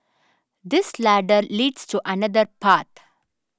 this ladder leads to another path